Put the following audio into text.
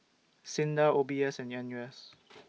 SINDA O B S and N U S